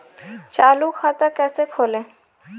चालू खाता कैसे खोलें?